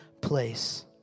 place